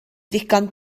ddigon